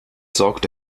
sorgte